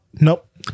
Nope